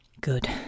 Good